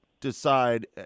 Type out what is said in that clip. decide